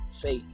Faith